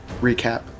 recap